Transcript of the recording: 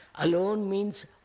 alone means,